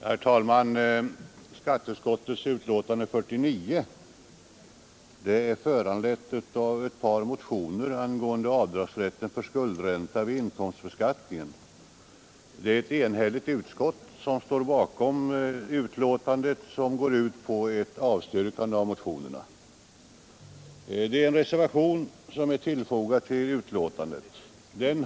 Herr talman! Skatteutskottets betänkande nr 49 är föranlett av ett par motioner angående avdragsrätten för skuldränta vid inkomstbeskattningen. Utskottet har varit enhälligt i sitt avstyrkande av motionerna. Men det finns en reservation fogad till betänkandet.